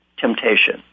temptation